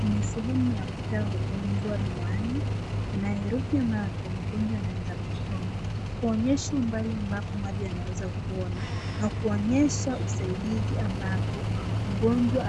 Kwenye sehemu ya kupea wagonjwa miwani kuna herufi ambapo mgonjwa anaweza kusoma kuonyesha umbali ambapo anaweza kuona na kuonyesha usaidizi ambapo mgonjwa